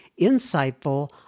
insightful